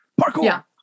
Parkour